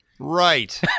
Right